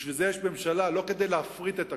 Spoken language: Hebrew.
בשביל זה יש ממשלה, לא כדי להפריט את הכול.